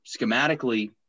schematically